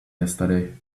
yesterday